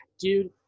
dude